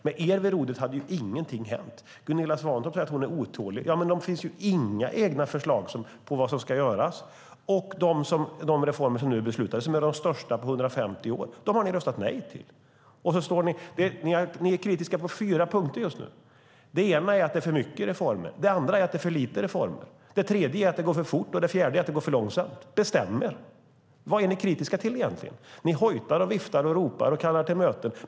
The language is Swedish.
Med er vid rodret hade ingenting hänt. Gunilla Svantorp säger att hon är otålig. Men det finns inga egna förslag på vad som ska göras, och de reformer som nu är beslutade och som är de största på 150 år har ni röstat nej till. Ni är just nu kritiska på fyra punkter. Det första är att det är för mycket reformer. Det andra är att det är för lite reformer. Det tredje är att det går för fort. Det fjärde är att det går för långsamt. Vad är ni egentligen kritiska till? Ni hojtar, viftar, ropar och kallar till möten.